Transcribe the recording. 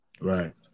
Right